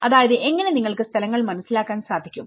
അതായത് എങ്ങനെ നിങ്ങൾക്ക് സ്ഥലങ്ങൾ മനസ്സിലാക്കാൻ സാധിക്കും